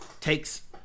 takes